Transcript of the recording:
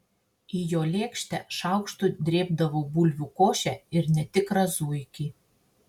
į jo lėkštę šaukštu drėbdavau bulvių košę ir netikrą zuikį